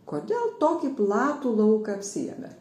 kodėl tokį platų lauką apsiėmėt